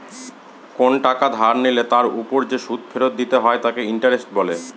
কোন টাকা ধার নিলে তার ওপর যে সুদ ফেরত দিতে হয় তাকে ইন্টারেস্ট বলে